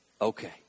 okay